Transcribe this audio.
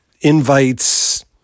invites